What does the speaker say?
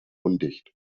undicht